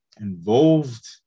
involved